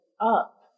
up